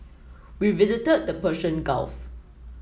we visited the Persian Gulf